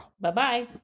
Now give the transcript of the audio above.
Bye-bye